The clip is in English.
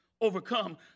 overcome